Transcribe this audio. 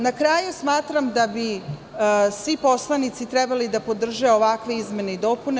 Na kraju, smatram da bi svi poslanici trebali da podrže sve izmene i dopune.